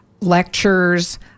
lectures